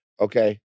Okay